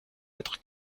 être